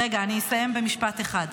רגע, אני אסיים במשפט אחד.